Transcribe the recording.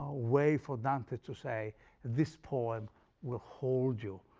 way for dante to say this poem will hold you,